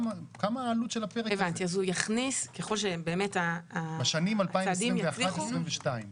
כמה העלות של הפרק הזה בשנים 2021 2022?